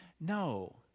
No